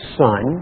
son